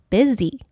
Busy